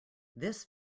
this